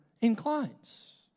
inclines